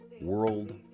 World